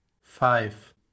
five